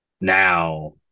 Now